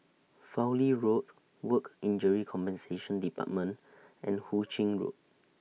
Fowlie Road Work Injury Compensation department and Hu Ching Road